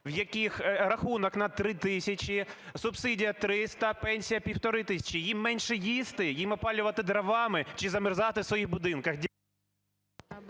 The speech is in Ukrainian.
у яких рахунок на 3 тисячі, субсидія 300, пенсія 1,5 тисячі? Їм менше їсти, їм опалювати дровами чи замерзати в своїх будинках?